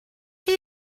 chi